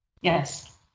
Yes